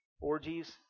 Orgies